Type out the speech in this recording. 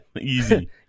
Easy